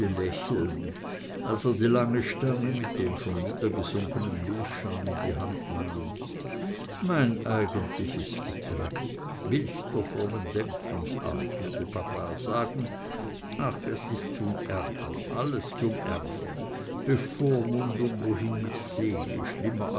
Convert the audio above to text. lächeln als er die lange stange mit dem schon niedergesunkenen milchschaum in die hand nahm mein eigentliches getränk milch der frommen denkungsart würde papa sagen ach es ist zum ärgern alles zum ärgern bevormundung wohin ich sehe schlimmer